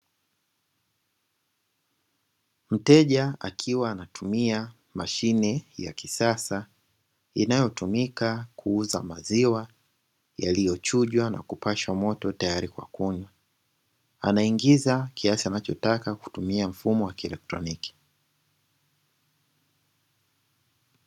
Mteja akiwa anatumia mashine ya kisasa, inayotumika kuuza maziwa yaliyochujwa na kupashwa moto tayari kwa kunywa. Anaingiza kiasi anachotaka kwa kutumia mfumo wa kielektroniki.